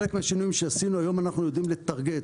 חלק מהשינויים עשינו, היום אנחנו יודעים לתרגם.